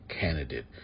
candidate